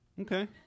Okay